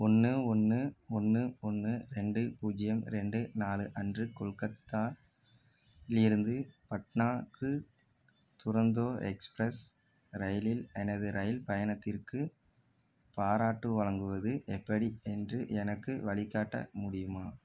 ஒன்று ஒன்று ஒன்று ஒன்று ரெண்டு பூஜ்ஜியம் ரெண்டு நாலு அன்று கொல்கத்தாலிருந்து பாட்னாக்கு துரந்தோ எக்ஸ்பிரஸ் ரயிலில் எனது இரயில் பயணத்திற்கு பாராட்டு வழங்குவது எப்படி என்று எனக்கு வழிகாட்ட முடியுமா